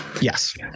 Yes